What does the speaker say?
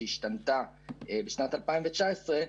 שהשתנתה בשנת 2019,